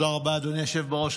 תודה רבה, אדוני היושב בראש.